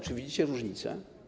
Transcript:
Czy widzicie różnicę?